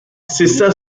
cessa